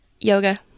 Yoga